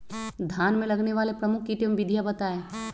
धान में लगने वाले प्रमुख कीट एवं विधियां बताएं?